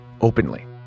openly